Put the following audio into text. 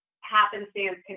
happenstance